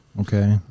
Okay